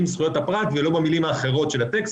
"זכויות הפרט" ולא במילים האחרות של הטקסט,